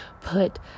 put